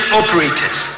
operators